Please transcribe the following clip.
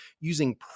using